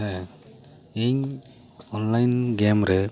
ᱦᱮᱸ ᱤᱧ online game ᱨᱮ